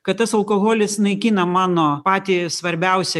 kad tas alkoholis naikina mano patį svarbiausią